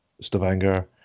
Stavanger